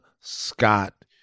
Scott